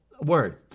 word